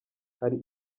hari